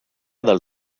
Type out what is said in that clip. del